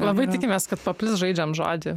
labai tikimės kad paplis žaidžiam žodį